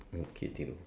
okay Thiru